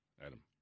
Adam